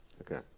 Okay